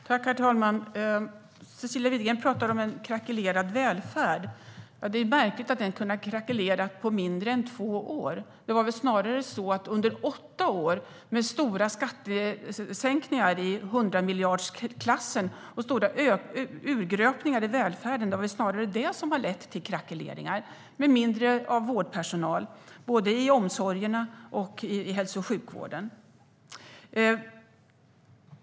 Herr talman! Cecilia Widegren talar om en krackelerad välfärd. Det är märkligt att den kunnat krackelera på mindre än två år. Det var väl snarare åtta år med stora skattesänkningar, i 100-miljardersklassen, och stora urgröpningar i välfärden som ledde till krackeleringar, med mindre personal i vården, både i omsorgsvården och i hälso och sjukvården.